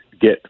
get